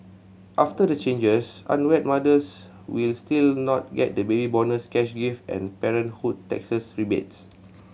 after the changes unwed mothers will still not get the Baby Bonus cash gift and parenthood taxes rebates